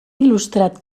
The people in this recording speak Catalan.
il·lustrat